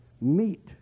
meet